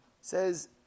says